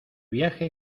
viaje